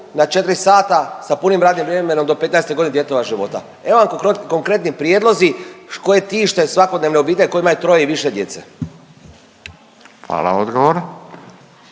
na 4 sata sa punim radnim vremenom do 15-te godine djetetova života. Evo vam konkretni prijedlozi koji tište svakodnevne obitelji koji imaju troje i više djece. **Radin,